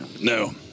No